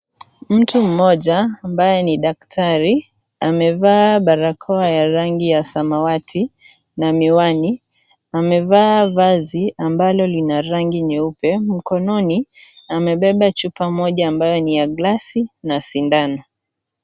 Mtu mmoja ambaye ni daktari amevaa barakoa ya rangi ya samawati na miwani, amevaa vazi ambalo lina rangi nyeupe, mkononi amebeba chupa moja ambayo ni ya glasi na sindano.